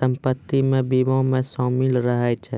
सम्पति बीमा मे शामिल रहै छै